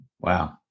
Wow